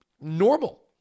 normal